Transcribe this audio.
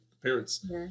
parents